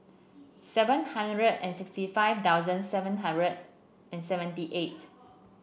seven hundred and sixty five thousand seven hundred and seventy eight